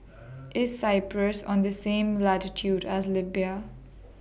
IS Cyprus on The same latitude as Libya